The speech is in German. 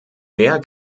wer